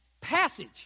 passage